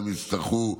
אם יצטרכו,